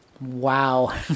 Wow